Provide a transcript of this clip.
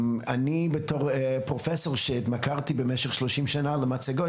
בתור פרופסור שהתמכר במשך שלושים שנים למצגות,